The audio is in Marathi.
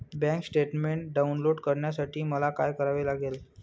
बँक स्टेटमेन्ट डाउनलोड करण्यासाठी मला काय करावे लागेल?